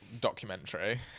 documentary